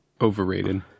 overrated